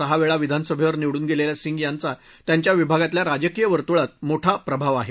सहा वेळा विधानसभेवर निवडून गेलेल्या सिंग यांचा त्यांच्या विभागातल्या राजकीय वर्तुळात मोठा प्रभाव आहे